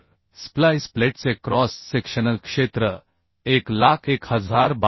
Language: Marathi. तर स्प्लाइस प्लेटचे क्रॉस सेक्शनल क्षेत्र 101022